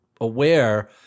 aware